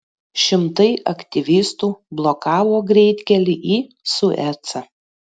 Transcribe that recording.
šimtai aktyvistų blokavo greitkelį į suecą